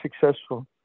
successful